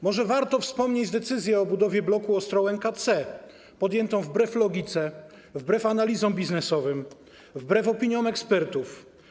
Może warto wspomnieć decyzję o budowie bloku Ostrołęka C, podjętą wbrew logice, wbrew analizom biznesowym, wbrew opiniom ekspertów.